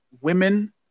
women